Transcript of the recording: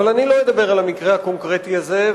אבל אני לא אדבר על המקרה הקונקרטי הזה,